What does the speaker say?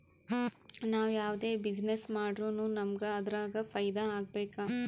ನಾವ್ ಯಾವ್ದೇ ಬಿಸಿನ್ನೆಸ್ ಮಾಡುರ್ನು ನಮುಗ್ ಅದುರಾಗ್ ಫೈದಾ ಆಗ್ಬೇಕ